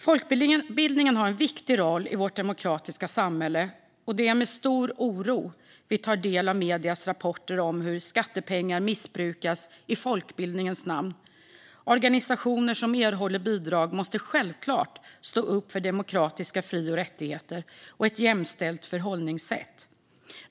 Folkbildningen har en viktig roll i vårt demokratiska samhälle, och det är med stor oro vi tar del av mediernas rapporter om hur skattepengar missbrukas i folkbildningens namn. Organisationer som erhåller bidrag måste självklart stå upp för demokratiska fri och rättigheter och ett jämställt förhållningssätt.